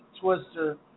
Twister